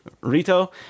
Rito